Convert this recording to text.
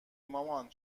مامان